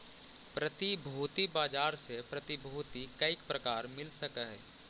प्रतिभूति बाजार से प्रतिभूति कईक प्रकार मिल सकऽ हई?